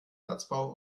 satzbau